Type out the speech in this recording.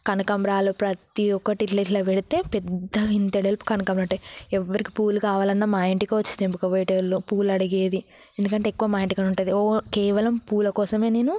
కనకంబరాలు ప్రతి ఒక్కటీ ఇలా ఇలా పెడితే పెద్దగా ఇంత వెడల్పు కనకాంబరాలు ఉంటాయి ఎవరికి పూలు కావాలన్నా మా ఇంటికే వచ్చి తెంపుకొని పోయేవారు పూలు అడిగేది ఎందుకంటే ఎక్కువ మా ఇంటికాడనే ఉంటుంది కేవలం పూల కోసమే నేను